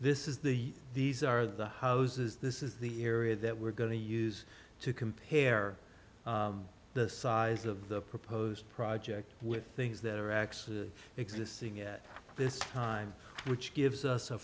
this is the these are the houses this is the area that we're going to use to compare the size of the proposed project with things that are actually existing at this time which gives us a